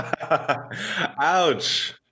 Ouch